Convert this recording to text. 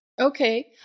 Okay